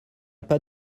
pas